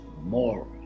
more